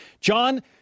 John